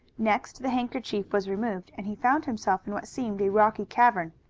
next the handkerchief was removed and he found himself in what seemed a rocky cavern.